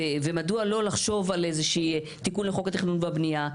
ומדוע לא לחשוב על איזה שהוא תיקון לחוק התכנון והבנייה,